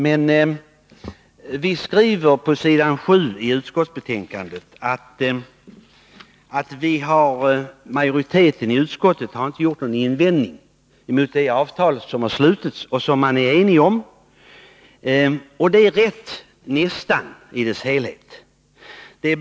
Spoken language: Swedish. Det skrivs i utskottsbetänkandet att majoriteten i utskottet inte haft någon invändning mot det avtal som slutits och som man varit enig om. Det är nästan rätt i sin helhet.